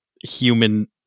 human